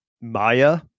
maya